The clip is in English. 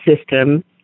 system